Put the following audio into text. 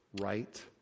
right